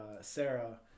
Sarah